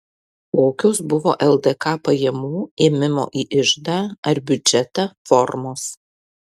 kokios buvo ldk pajamų ėmimo į iždą ar biudžetą formos